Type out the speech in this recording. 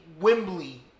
Wembley